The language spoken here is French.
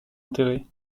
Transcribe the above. enterrés